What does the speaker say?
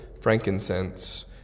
frankincense